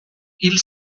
hil